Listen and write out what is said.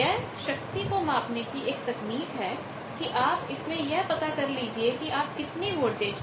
यह शक्ति को मापने की एक तकनीक है कि आप इसमें यह पता कर लीजिए कि आप कितनी वोल्टेज पर